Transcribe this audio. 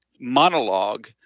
monologue